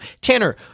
Tanner